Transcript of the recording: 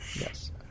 Yes